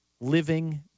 living